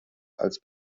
als